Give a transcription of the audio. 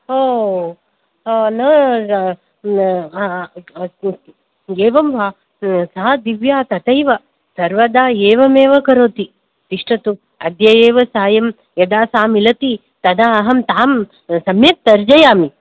ओ न अस्तु अस्तु एवं वा सा दिव्या तथैव सर्वदा एवमेव करोति तिष्टतु अद्य एव सायं यदा सा मिलति तदा अहं तां सम्यक् तर्जयामि